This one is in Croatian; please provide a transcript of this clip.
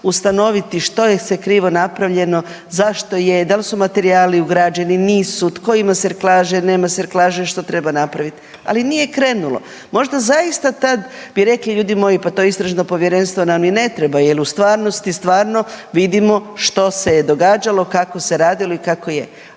ustanoviti što je se krivo napravljeno, zašto je, da li su materijali ugrađeni, nisu, tko ima serklaže, nema serklaže, što treba napraviti. Ali nije krenulo. Možda zaista tad bi rekli, ljudi moji, pa to Istražno povjerenstvo nam ni ne treba jer u stvarnosti stvarno vidimo što se je događalo, kako se radilo i kako je.